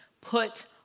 Put